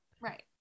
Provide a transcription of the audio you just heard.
right